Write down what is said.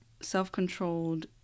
self-controlled